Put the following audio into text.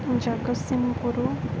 Jagatsinghpur